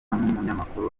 n’umunyamakuru